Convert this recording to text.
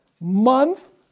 month